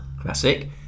Classic